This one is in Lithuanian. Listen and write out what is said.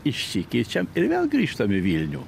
išsikeičiam ir vėl grįžtam į vilnių